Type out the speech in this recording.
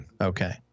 Okay